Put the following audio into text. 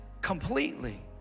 completely